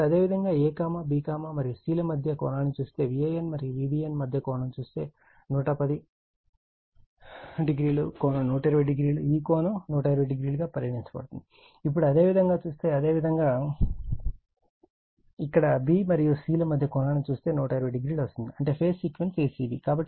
ఇప్పుడు అదేవిధంగా a b మరియు c ల మధ్య కోణాన్ని చూస్తే Van మరియు Vbn మధ్య కోణం చూస్తే 110 కోణం 120o ఈ కోణం 120o గా పరిగణించబడుతుంది ఇప్పుడు అదేవిధంగా చూస్తే అదేవిధంగా ఇక్కడ b మరియు c ల మధ్య కోణాన్ని చూస్తే 1200 వస్తుంది అంటే phase sequence a c b